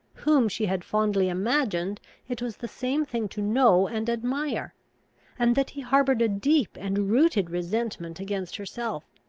whom she had fondly imagined it was the same thing to know and admire and that he harboured a deep and rooted resentment against herself.